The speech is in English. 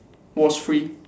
was free